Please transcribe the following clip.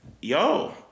yo